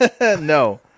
No